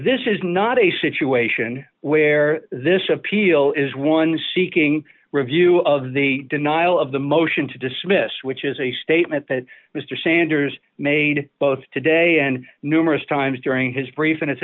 this is not a situation where this appeal is one seeking review of the denial of the motion to dismiss which is a statement that mr sanders made both today and numerous times during his brief and it's